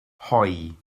hoe